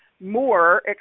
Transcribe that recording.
more